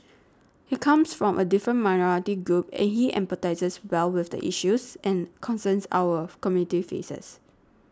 he comes from a different minority group and he empathises well with the issues and concerns our community faces